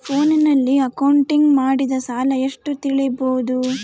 ಫೋನಿನಲ್ಲಿ ಅಕೌಂಟಿಗೆ ಮಾಡಿದ ಸಾಲ ಎಷ್ಟು ತಿಳೇಬೋದ?